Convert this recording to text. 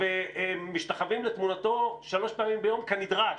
-- ומשתחווים לתמונתו שלוש פעמים ביום, כנדרש.